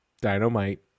Dynamite